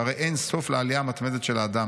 שהרי 'אין סוף לעלייה המתמדת של אדם'.